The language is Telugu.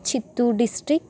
చిత్తూరు డిస్టిక్